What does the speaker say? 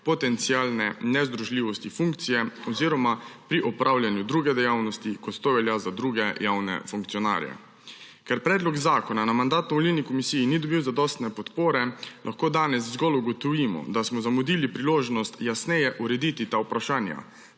potencialne nezdružljivosti funkcije oziroma pri opravljanju druge dejavnosti, kot to velja za druge javne funkcionarje. Ker predlog zakona na Mandatno-volilni komisiji ni dobil zadostne podpore, lahko danes zgolj ugotovimo, da smo zamudili priložnost jasneje urediti ta vprašanja,